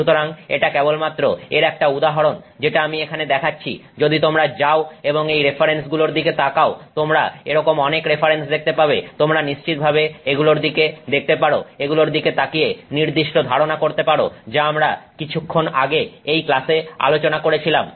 সুতরাং এটা কেবলমাত্র এর একটা উদাহরণ যেটা আমি এখানে দেখাচ্ছি যদি তোমরা যাও এবং এই রেফারেন্সগুলোর দিকে তাকাও তোমরা এরকম অনেক রেফারেন্স দেখতে পাবে তোমরা নিশ্চিতভাবে এগুলোর দিকে দেখতে পারো এগুলোর দিকে তাকিয়ে নির্দিষ্ট ধারণা করতে পারো যা আমরা কিছুক্ষণ আগে এই ক্লাসে আলোচনা করেছিলাম